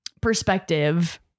perspective